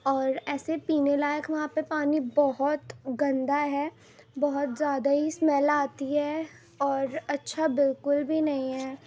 اور ایسے پینے لائق وہاں پہ پانی بہت گندا ہے بہت زیادہ ہی اسمیل آتی ہے اور اچھا بالکل بھی نہیں ہے